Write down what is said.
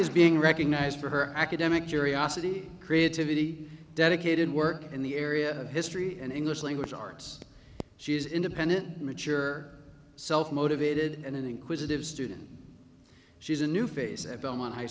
is being recognized for her academic curiosity creativity dedicated work in the area of history and english language arts she is independent mature self motivated and inquisitive student she's a new face at belmont high